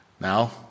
Now